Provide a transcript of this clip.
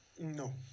No